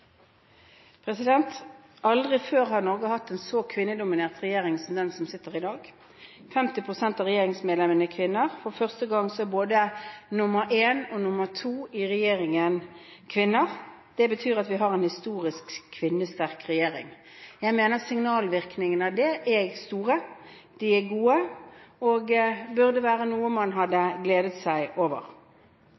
Aldri før har Norge hatt en så kvinnedominert regjering som den som sitter i dag. 50 pst. av regjeringsmedlemmene er kvinner. For første gang er både nr. 1 og nr. 2 i regjeringen kvinner. Det betyr at vi har en historisk kvinnesterk regjering. Jeg mener signalvirkningen av det er store. De er gode og burde være noe man